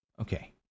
Okay